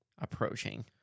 approaching